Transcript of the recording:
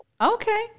Okay